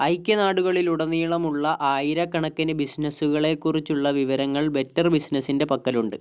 ഐക്യനാടുകളിലുടനീളമുള്ള ആയിരക്കണക്കിന് ബിസിനസ്സുകളെക്കുറിച്ചുള്ള വിവരങ്ങൾ ബെറ്റർ ബിസിനസ്സിൻ്റെ പക്കലുണ്ട്